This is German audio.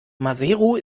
maseru